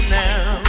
now